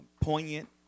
Poignant